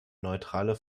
neutrale